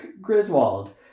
Griswold